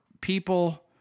people